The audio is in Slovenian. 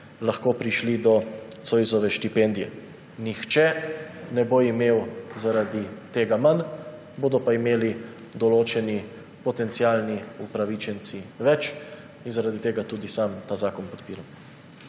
prišli do Zoisove štipendije. Nihče ne bo imel zaradi tega manj, bodo pa imeli določeni potencialni upravičenci več. Zaradi tega tudi sam ta zakon podpiram.